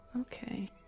Okay